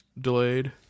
delayed